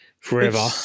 forever